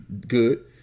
good